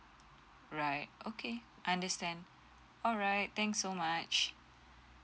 right okay I understand alright thanks so much